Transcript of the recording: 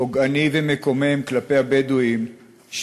פוגעני ומקומם כלפי הבדואים,